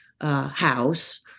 house